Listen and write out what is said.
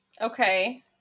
Okay